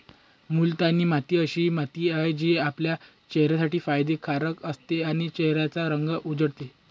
मुलतानी माती अशी माती आहे, जी आपल्या चेहऱ्यासाठी फायदे कारक असते आणि चेहऱ्याचा रंग उजळते